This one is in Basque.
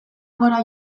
gora